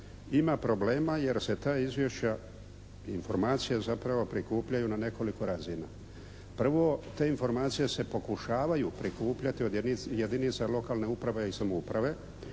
Ima problema jer se ta izvješća, informacije zapravo prikupljaju na nekoliko razina. Prvo, te informacije se pokušavaju prikupljati od jedinica lokalne uprave i samouprave